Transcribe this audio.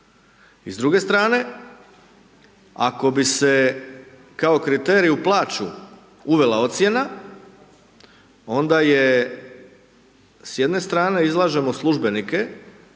I s druge strane, ako bi se kao kriterij u plaću uvela ocjena, onda je, s jedne strane izlažemo službenike